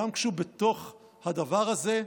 גם כשהוא בתוך הדבר הזה,